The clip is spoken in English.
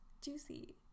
juicy